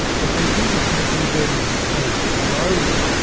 but they do this nuclear burning so slowly,